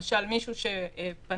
למשל מישהו שפנה,